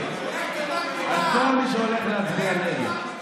אני יודע עוד דבר, חבר הכנסת אבוטבול.